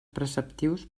preceptius